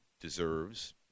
deserves